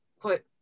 put